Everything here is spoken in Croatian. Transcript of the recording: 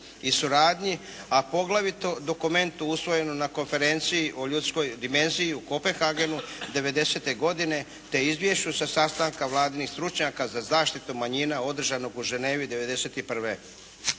i suradnji, a poglavito dokumentu usvojenom na Konferenciji o ljudskoj dimenziji u Kopenhagenu '90. godine te izvješću sa sastanka Vladinih stručnjaka za zaštitu manjina održanog u Genevi '91.